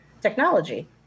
technology